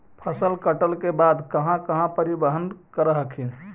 फसल कटल के बाद कहा कहा परिबहन कर हखिन?